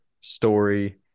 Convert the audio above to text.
story